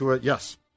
yes